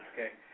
Okay